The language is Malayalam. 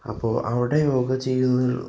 അപ്പോൾ അവിടെ യോഗ ചെയ്യുന്നതിൽ